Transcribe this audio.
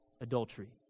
adultery